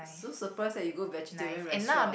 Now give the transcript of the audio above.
so surprised that you go vegetarian restaurant